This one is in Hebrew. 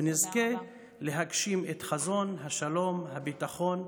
ונזכה להגשים את חזון השלום, הביטחון,